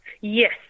yes